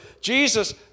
Jesus